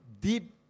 deep